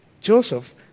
Joseph